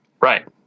Right